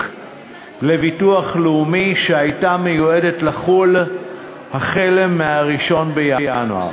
לביטוח לאומי שהייתה מיועדת לחול החל מ-1 בינואר.